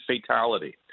fatality